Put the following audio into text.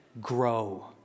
grow